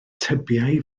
tybiai